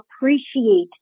appreciate